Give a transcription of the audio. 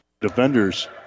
Defenders